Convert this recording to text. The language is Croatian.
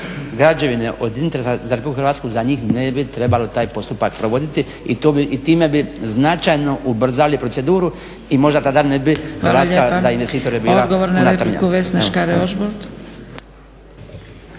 građevine od interesa za RH za njih ne bi trebalo taj postupak provoditi i time bi značajno ubrzali proceduru i možda tada ne bi Hrvatska za investitore bila puna trnja.